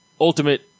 ultimate